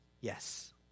Yes